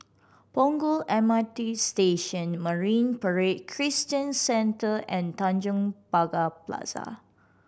Punggol M R T Station Marine Parade Christian Centre and Tanjong Pagar Plaza